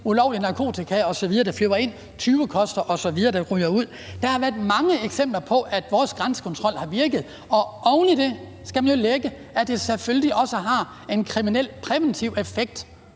ulovlig narkotika osv., der flyves ind, tyvekoster osv., der ryger ud. Der har været mange eksempler på, at vores grænsekontrol har virket. Oven i det skal man jo lægge, at det selvfølgelig også har en kriminalpræventiv effekt,